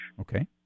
Okay